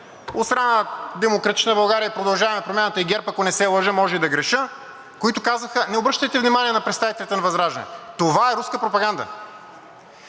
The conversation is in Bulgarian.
от страна на „Демократична България“, „Продължаваме Промяната“ и ГЕРБ, ако не се лъжа, може и да греша, които казаха: „Не обръщайте внимание на представителите на ВЪЗРАЖДАНЕ, това е руска пропаганда.“